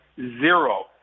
zero